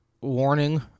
warning